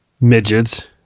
midgets